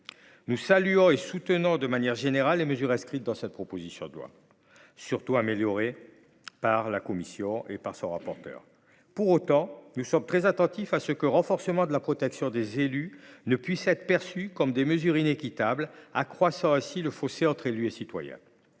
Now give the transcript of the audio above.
Nous saluons et soutenons de manière générale les mesures inscrites dans cette proposition de loi, d’autant qu’elles ont été améliorées en commission, grâce au travail de la rapporteure. Pour autant, nous sommes très attentifs à ce que ce renforcement de la protection des élus ne puisse être perçu comme une mesure inéquitable, accroissant le fossé entre élus et citoyens.